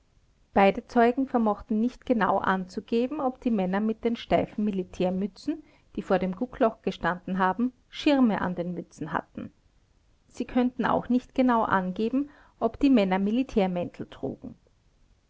beide zeugen vermochten nicht genau anzugeben ob die männer mit den steifen militärmützen die vor dem guckloch gestanden haben schirme an den mützen hatten sie könnten auch nicht genau angeben ob die männer militärmäntel trugen